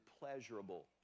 pleasurable